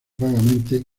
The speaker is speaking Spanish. vagamente